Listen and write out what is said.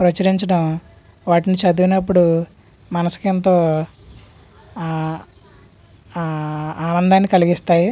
ప్రచురించడం వాటిని చదివినప్పుడు మనసుకెంతో ఆనందాన్ని కలిగిస్తాయి